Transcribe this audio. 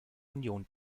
union